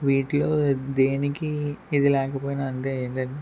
వీటిలో దేనికి ఇది లేకపోయినా అంటే ఏంటంటే